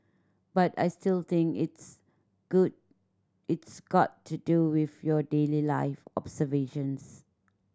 but I still think its good it's got to do with your daily life observations